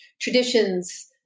traditions